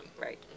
Right